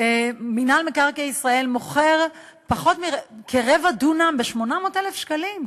מינהל מקרקעי ישראל מוכר כרבע דונם ב-800,000 שקלים.